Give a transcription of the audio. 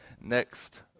Next